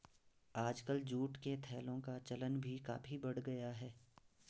आजकल जूट के थैलों का चलन भी काफी बढ़ गया है